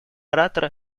оратора